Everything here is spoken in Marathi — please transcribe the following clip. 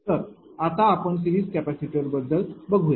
तर आता आपण सिरीज कॅपेसिटर बद्दल बघूया